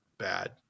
Bad